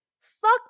Fuck